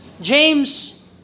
James